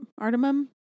Artemum